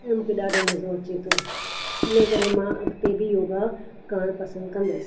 ऐं मूंखे ॾाढो मज़ो अचे थो हिन करे मां अॻिते बि योगा करणु पसंदि कंदसि